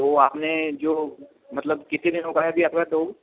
तो आप ने जो मतलब कितने दिनों का आप का डॉग